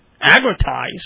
Advertise